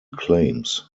claims